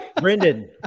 Brendan